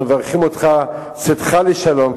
אנחנו מברכים אותך: צאתך לשלום.